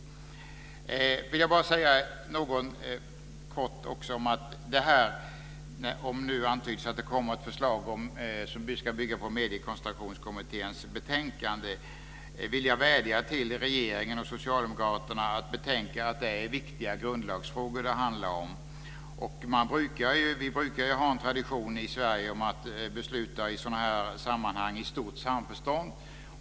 Jag vill bara säga något kort om det här som antyds om att det kommer ett förslag som ska bygga på Mediekoncentrationskommitténs betänkande. Då vill jag vädja till regeringen och Socialdemokraterna att betänka att det är viktiga grundlagsfrågor det handlar om. Vi brukar ju ha som tradition i Sverige att besluta i sådana här sammanhang i stort samförstånd.